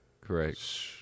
Correct